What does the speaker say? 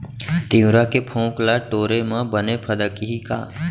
तिंवरा के फोंक ल टोरे म बने फदकही का?